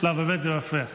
באמת זה מפריע.